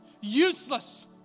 useless